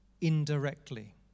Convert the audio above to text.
indirectly